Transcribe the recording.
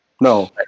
No